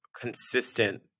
consistent